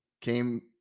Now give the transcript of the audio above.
came